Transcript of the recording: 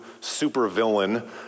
supervillain